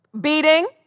beating